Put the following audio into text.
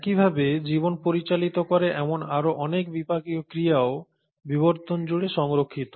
একইভাবে জীবন পরিচালিত করে এমন আরও অনেক বিপাকীয় ক্রিয়াও বিবর্তন জুড়ে সংরক্ষিত